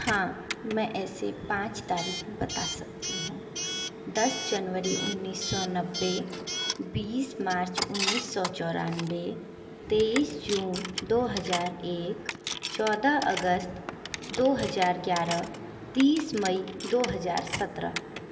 हाँ मैं ऐसे पाँच तारीख़ बता सकती हूँ दस जनवरी उन्नीस सौ नब्बे बीस मार्च उन्नीस सौ चौरानवे तेईस जून दो हज़ार एक चोदह अगस्त दो हज़ार ग्यारह तीस मई दो हज़ार सत्रह